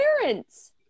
parents